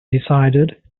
decided